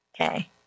Okay